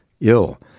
ill